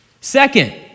Second